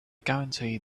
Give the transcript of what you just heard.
guarantee